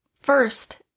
first